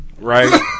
Right